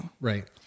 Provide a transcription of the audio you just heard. right